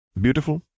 Beautiful